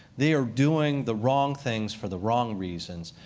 they are doing the wrong things for the wrong reasons,